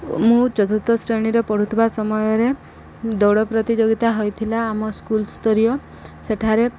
ମୁଁ ଚତୁର୍ଥ ଶ୍ରେଣୀରେ ପଢ଼ୁଥିବା ସମୟରେ ଦୌଡ଼ ପ୍ରତିଯୋଗିତା ହୋଇଥିଲା ଆମ ସ୍କୁଲସ୍ତରୀୟ ସେଠାରେ